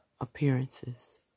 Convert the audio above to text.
appearances